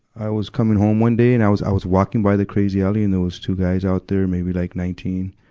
i was coming home one day and i was, i was walking by the crazy alley. and there was two guys out there, maybe like nineteen,